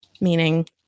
meaning